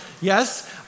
Yes